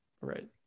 right